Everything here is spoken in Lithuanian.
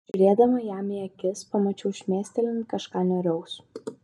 žiūrėdama jam į akis pamačiau šmėstelint kažką niūraus